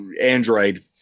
Android